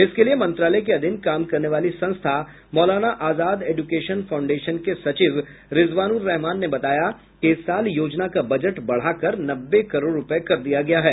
इसके लिए मंत्रालय के अधीन काम करने वाली संस्था मौलाना आजाद एजुकेशन फाउंडेशन के सचिव रिजवानुर रहमान ने बताया कि इस साल योजना का बजट बढ़ाकर नब्बे करोड़ रूपये कर दिया गया है